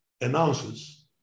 announces